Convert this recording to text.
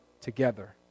together